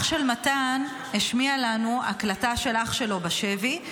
אח של מתן השמיע לנו הקלטה של אח שלו בשבי.